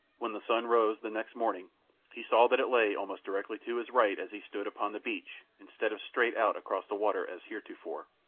when the sun rose the next morning he saw that it lay almost directly to his right as he stood upon the beach instead of straight out across the water as heretofore,